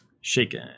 shaken